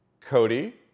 Cody